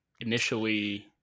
initially